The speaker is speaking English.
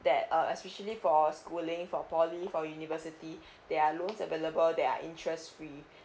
that uh especially for schooling for poly for university there are loan available there are interest free